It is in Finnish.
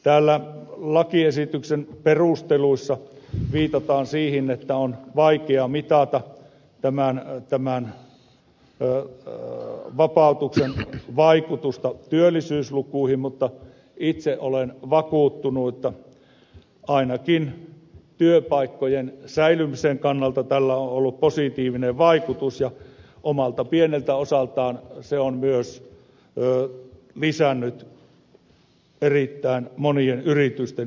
täällä lakiesityksen perusteluissa viitataan siihen että on vaikea mitata tämän vapautuksen vaikutusta työllisyyslukuihin mutta itse olen vakuuttunut että ainakin työpaikkojen säilymisen kannalta tällä on ollut positiivinen vaikutus ja omalta pieneltä osaltaan se on myös lisännyt erittäin monien yritysten kilpailukykyä